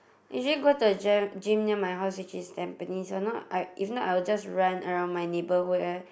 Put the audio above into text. usually go to the gym gym near my house which is Tampines or not I if not I'll just run around my neighbourhood eh